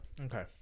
okay